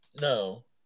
No